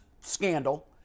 scandal